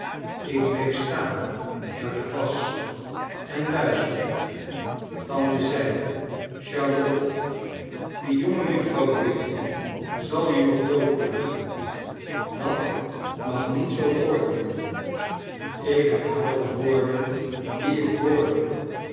ik heef staan waar ik was en luisterde de tante zei charlotte die jongejuffrouw wade zal je nog doodplagen dat mag niet zoo voortduren ik herhaal de woorden die ik hoorde